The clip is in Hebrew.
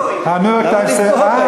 אנחנו קוראים, "ניו-יורק טיימס" לא קוראים.